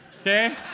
Okay